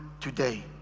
today